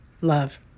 love